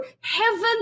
heaven